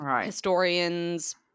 historians